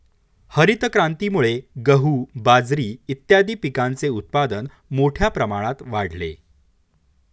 हरितक्रांतीमुळे गहू, बाजरी इत्यादीं पिकांचे उत्पादन मोठ्या प्रमाणात वाढले